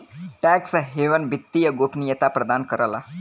tax haven वित्तीय गोपनीयता प्रदान करला